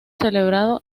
celebrado